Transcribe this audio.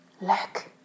Look